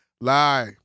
lie